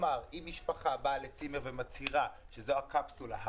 כלומר אם משפחה באה לצימר ומצהירה שזו הקפסולה,